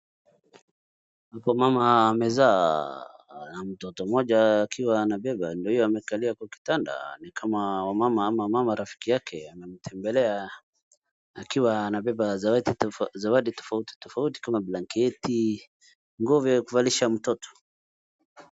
Hapo mama amezaa mtoto mmoja akiwa anabeba ndio hiyo amekalia kwa kitanda nikama wamama au mmama rafiki yake amemtembelea akiwa anabeba zawadi tofautitofauti kama blanketi nguo vya kuvalisha mtoto.